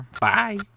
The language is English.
Bye